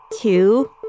Two